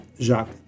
Jacques